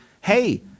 Hey